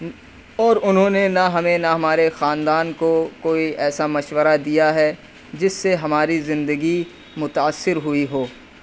اور انہوں نے نہ ہمیں نہ ہمارے خاندان کو کوئی ایسا مشورہ دیا ہے جس سے ہماری زندگی متأثر ہوئی ہو